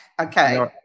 Okay